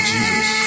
Jesus